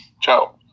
Ciao